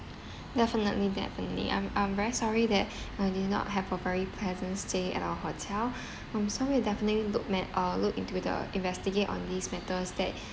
definitely definitely I'm I'm very sorry that you did not have a very pleasant stay at our hotel our side will definitely look mac~ uh look into the investigate on these matters that